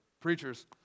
preachers